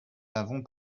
avons